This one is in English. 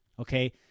okay